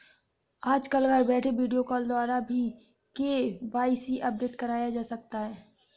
आजकल घर बैठे वीडियो कॉल द्वारा भी के.वाई.सी अपडेट करवाया जा सकता है